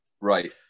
right